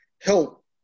help